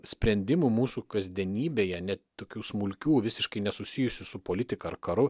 sprendimų mūsų kasdienybėje ne tokių smulkių visiškai nesusijusių su politika ar karu